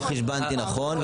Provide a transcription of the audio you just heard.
לא חשבנתי נכון,